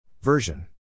Version